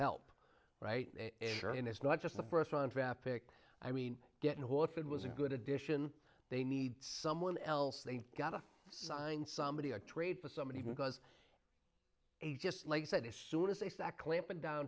help right and it's not just the first round draft pick i mean get in a hole if it was a good addition they need someone else they got to sign somebody or trade for somebody because just like you said as soon as they sat clamping down